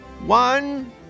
One